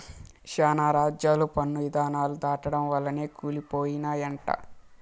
శానా రాజ్యాలు పన్ను ఇధానాలు దాటడం వల్లనే కూలి పోయినయంట